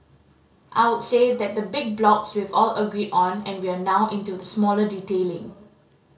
I would say that the big blocks we've all agreed on and we're now into the smaller detailing